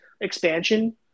expansion